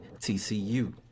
tcu